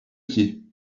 pied